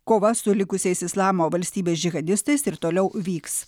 kova su likusiais islamo valstybės džihadistais ir toliau vyks